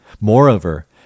Moreover